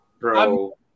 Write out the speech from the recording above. bro